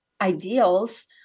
ideals